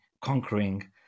conquering